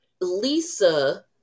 Lisa